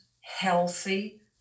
healthy